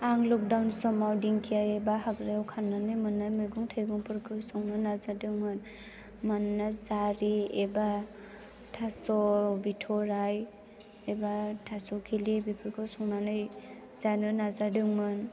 आं लकडाउन समाव दिंखिया एबा हाग्रायाव खाननानै मोननाय मैगं थाइगंफोरखौ संनो नाजादोंमोन मानोना जारि एबा थास' बिथ'राइ एबा थास' खिलिफोरखौ संनानै जानो नाजादोंमोन